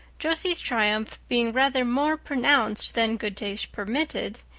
josie's triumph being rather more pronounced than good taste permitted,